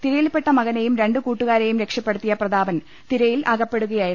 തിരയിൽപെട്ട മകനെയും രണ്ടു കൂട്ടുകാരെയും രക്ഷപ്പെടുത്തിയ പ്രതാപൻ തിരയിൽ അകപ്പെടുകയായിരുന്നു